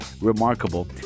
remarkable